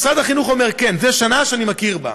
משרד החינוך אומר: כן, זו שנה שאני מכיר בה,